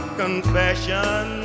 confession